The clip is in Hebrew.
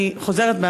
ואני חוזרת,